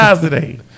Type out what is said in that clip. today